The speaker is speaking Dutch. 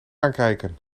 aankijken